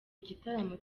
igitaramo